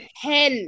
hell